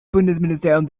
bundesministerium